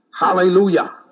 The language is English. Hallelujah